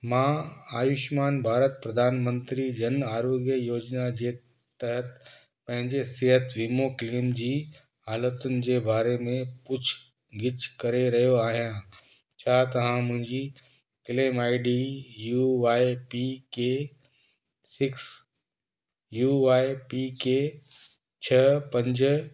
मां आयुष्मान भारत प्रधान मंत्री जन आरोग्य योजना जे तहति पंहिंजे सिहत वीमो क्लेम जी हालतुनि जे बारे में पुछगिछ करे रहियो आहियां छा तव्हां मुंहिंजी claim I D U Y P K six U Y P K छह पंज